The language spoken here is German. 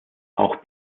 auch